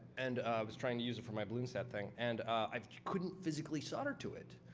and i was trying to use it for my balloon set thing, and i couldn't physically solder to it.